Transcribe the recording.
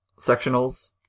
sectionals